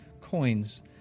coins